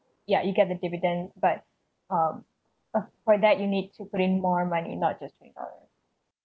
ya you got the dividend but um uh for that you need to put in more money not just twenty dollars